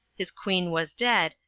his queen was dead,